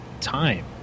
time